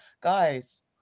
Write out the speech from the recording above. guys